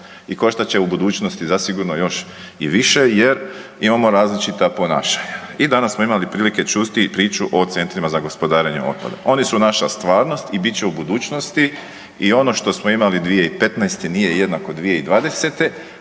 i koštat će u budućnosti zasigurno još i više jer imamo različita ponašanja. I danas smo imali prilike čuti priču o centrima za gospodarenje otpadom. Oni su naša stvarnost i biti će u budućnosti i ono što smo imali 2015. nije jednako 2020.,